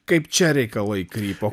kaip čia reikalai krypo